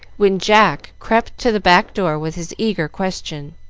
when jack crept to the back door with his eager question.